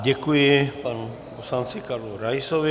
Děkuji panu poslanci Karlu Raisovi.